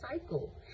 cycle